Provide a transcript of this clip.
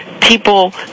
people